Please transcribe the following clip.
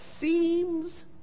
seems